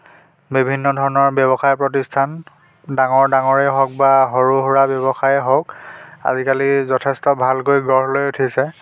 বিভিন্ন ধৰণৰ ব্যৱসায় প্ৰতিষ্ঠান ডাঙৰ ডাঙৰেই হওক বা সৰু সুৰা ব্যৱসায়েই হওক আজিকালি যথেষ্ট ভালকৈ গঢ় লৈ উঠিছে